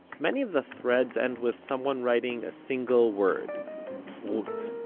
many of the threads end with someone writing a single word ruth.